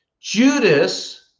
Judas